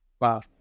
Wow